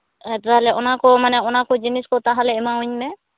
ᱦᱮᱸ ᱛᱟᱦᱚᱞᱮ ᱚᱱᱟ ᱠᱚ ᱢᱟᱱᱮ ᱚᱱᱟ ᱠᱚ ᱡᱤᱱᱤᱥ ᱠᱚ ᱛᱟᱦᱚᱞᱮ ᱮᱢᱟᱣᱟᱹᱧ ᱢᱮ